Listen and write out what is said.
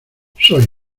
soy